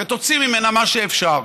ותוציא ממנה מה שאפשר.